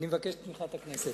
אני מבקש את תמיכת הכנסת.